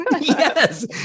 Yes